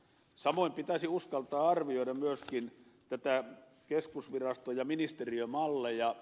samoin pitäisi uskaltaa arvioida myöskin keskusvirasto ja ministeriömalleja